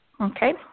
Okay